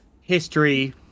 history